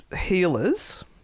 healers